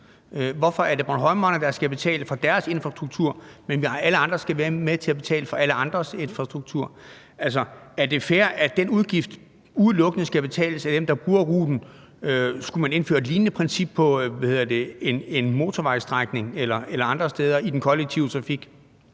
Hvorfor er det bornholmerne, der skal betale for deres infrastruktur, og hvorfor skal alle være med til at betale for alle andre end bornholmernes infrastruktur? Er det fair, at den her udgift udelukkende skal betales af dem, der bruger ruten? Skulle man indføre et lignende princip for en motorvejsstrækning eller andre steder i den kollektive trafik?